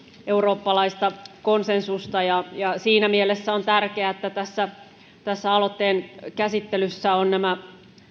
eurooppalaista konsensusta siinä mielessä on tärkeää että tässä tässä aloitteen käsittelyssä ovat nämä